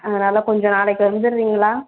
அதனால் கொஞ்சம் நாளைக்கு வந்துடுறீங்களா